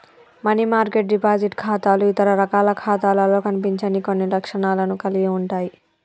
money market deposit ఖాతాలు ఇతర రకాల ఖాతాలలో కనిపించని కొన్ని లక్షణాలను కలిగి ఉంటయ్